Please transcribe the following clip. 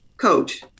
coach